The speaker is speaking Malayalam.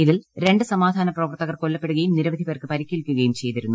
ഇതിൽ രണ്ട് സമാധാന പ്രവർത്തകർ കൊല്ലപ്പെടുകയും നിരവധി പേർക്ക് പരിക്കേൽക്കുകയും ചെയ്തിരുന്നു